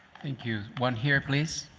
thank you. one here, please.